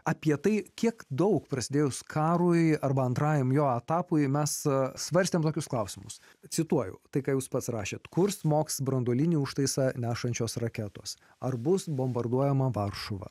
apie tai kiek daug prasidėjus karui arba antrajam jo etapui mes svarstėme tokius klausimus cituoju tai ką jūs pasirašėte kur smogs branduolinį užtaisą nešančios raketos ar bus bombarduojama varšuva